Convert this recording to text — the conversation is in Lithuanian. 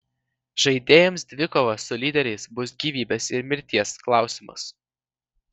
žaidėjams dvikova su lyderiais bus gyvybės ir mirties klausimas